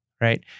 right